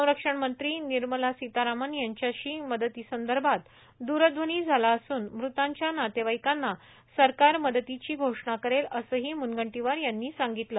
संरक्षण मंत्री निर्मला सीतारामन यांच्याशी मदतीसंदर्भात द्रध्वनी झाला असून मृतांच्या नातेवाईकांना सरकार मदतीची घोषणा करेल असंही मुनगंटीवार यांनी सांगितलं